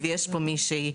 בבקשה.